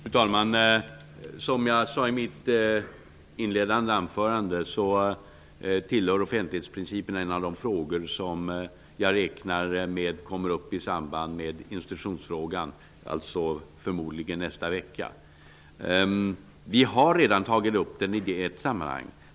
Fru talman! Som jag sade i mitt inledande anförande tillhör offentlighetsprincipen en av de frågor som jag räknar med kommer upp i samband med institutionsfrågan, förmodligen nästa vecka. Vi har redan tagit upp offentlighetsprincipen i ett sammanhang.